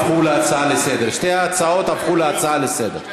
שתי ההצעות הפכו להצעה לסדר-היום.